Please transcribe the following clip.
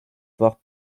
fort